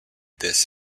this